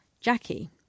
Jackie